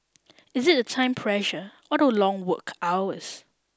is it the time pressure or the long work hours